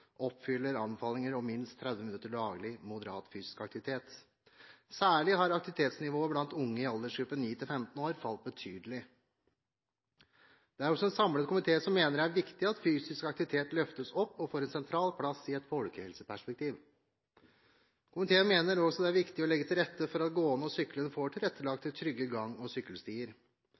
oppfyller anbefalinger om minst 30 minutter daglig moderat fysisk aktivitet. Særlig har aktivitetsnivået blant unge i aldersgruppen 9–15 år falt betydelig. Det er også en samlet komité som mener det er viktig at fysisk aktivitet løftes opp og får en sentral plass i et folkehelseperspektiv. Komiteen mener også det er viktig å legge til rette for at gående og syklende får tilrettelagte og trygge gang- og sykkelstier.